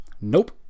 nope